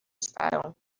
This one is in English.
style